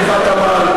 מפלגת העם,